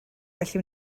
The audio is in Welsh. felly